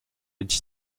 est